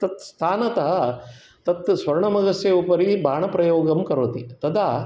तत् स्थानतः तत् स्वर्णमृगस्य उपरि बाणप्रयोगं करोति तदा